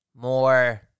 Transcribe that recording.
more